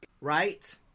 right